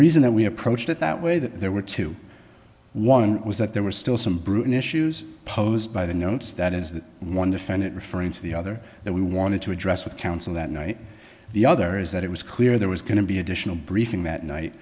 reason that we approached it that way that there were two one was that there were still some brewing issues posed by the notes that is the one defendant referring to the other that we wanted to address with counsel that night the other is that it was clear there was going to be additional briefing that night